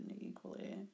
equally